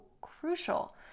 crucial